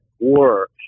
work